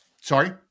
Sorry